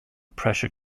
pressure